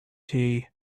tea